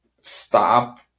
stop